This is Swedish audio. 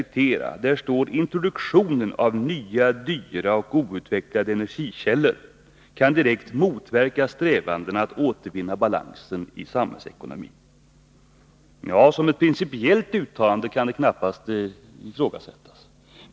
a. står det i partimotionen: ”Introduktion av nya, dyra och outvecklade energikällor kan direkt motverka strävanden att återvinna balansen i samhällsekonomin.” Som principiellt uttalande kan detta knappast ifrågasättas.